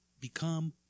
become